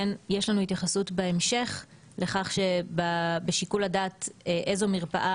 יש לנו התייחסות בהמשך לכך שבשיקול הדעת איזו מרפאה